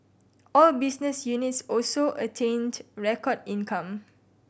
all business units also attained record income